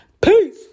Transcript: peace